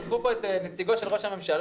שלחו לפה את נציגו של ראש הממשלה,